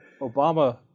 Obama